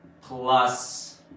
plus